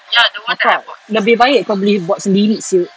lebih baik kau boleh buat sendiri [siol]